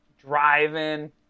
driving